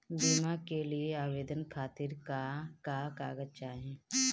बीमा के लिए आवेदन खातिर का का कागज चाहि?